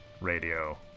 Radio